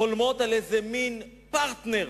חולמות על איזה מין פרטנר